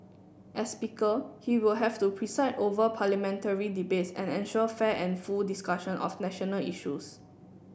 as Speaker he will have to preside over Parliamentary debates and ensure fair and full discussion of national issues